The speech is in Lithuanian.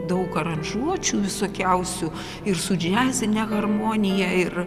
daug aranžuočių visokiausių ir su džiazine harmonija ir